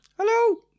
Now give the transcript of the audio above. Hello